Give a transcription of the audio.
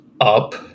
up